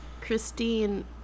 Christine